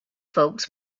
folks